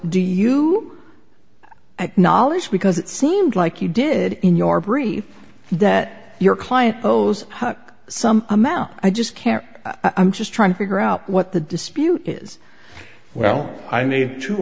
do you acknowledge because it seemed like you did in your brief that your client owes her some amount i just can't i'm just trying to figure out what the dispute is well i need two